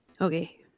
Okay